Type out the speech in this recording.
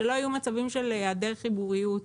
שלא יהיו מצבים של היעדר חיבוריות,